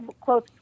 close